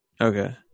Okay